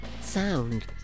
sound